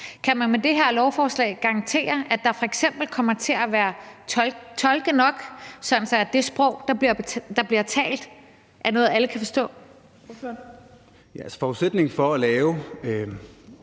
Kan man med det her lovforslag garantere, at der f.eks. kommer til at være tolke nok, sådan at det sprog, der bliver talt, er noget, alle kan forstå?